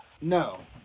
No